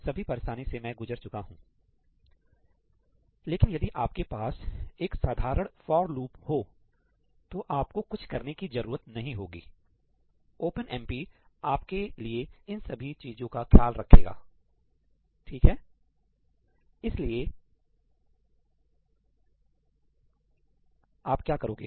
इस सभी परेशानी से मैं गुजर चुका हूं लेकिन यदि आपके पास एक साधारण फॉर लूप हो तो आपको कुछ करने की जरूरत नहीं होगी ओपनएमपी आपके लिए इन सभी चीजों का ख्याल रखेगा ठीक है इसलिए इसके लिए आप क्या करोगे